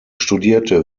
studierte